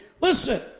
Listen